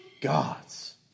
God's